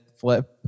flip